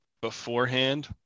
beforehand